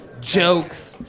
jokes